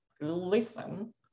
listen